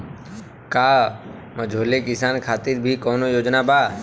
का मझोले किसान खातिर भी कौनो योजना बा?